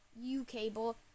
U-cable